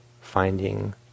finding